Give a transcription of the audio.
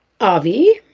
Avi